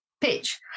pitch